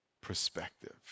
perspective